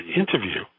interview